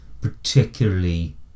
particularly